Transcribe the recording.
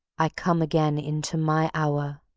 i come again into my hour.